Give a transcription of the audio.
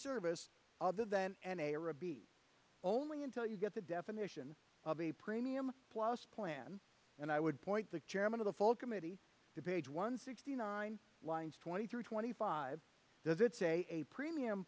service other than an a or a b only until you get the definition of a premium plus plan and i would point the chairman of the all committee to page one sixty nine lines twenty three twenty five does it say a premium